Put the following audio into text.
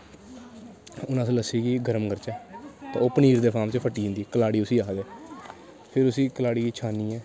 हून अस लस्सी गी गर्म करचै ते ओह् पनीर दे फार्म च फट्टी जंदी कलाड़ी उसी आखदे फिर उसी कलाड़ी गी छानियै